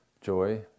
joy